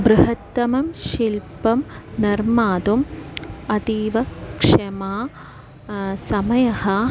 बृहत्तमं शिल्पं निर्मातुम् अतीवक्षमा समयः